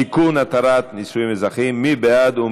(תיקון, התרת נישואים אזרחיים), מי בעד?